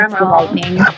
lightning